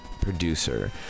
producer